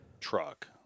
truck